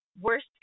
worst